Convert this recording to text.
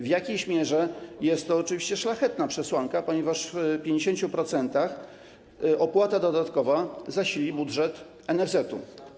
W jakiejś mierze jest to oczywiście szlachetna przesłanka, ponieważ w 50% opłata dodatkowa zasili budżet NFZ-u.